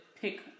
pick